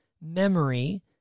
memory